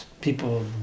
people